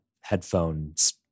headphones